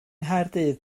nghaerdydd